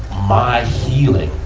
my healing,